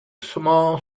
small